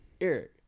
Eric